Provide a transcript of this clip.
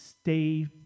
stay